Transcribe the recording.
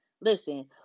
Listen